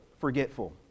forgetful